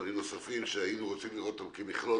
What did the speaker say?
דברים נוספים שהיינו רוצים לראותם כמכלול